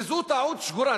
וזו טעות שגורה.